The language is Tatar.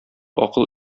акыл